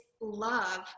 love